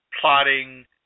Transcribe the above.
plotting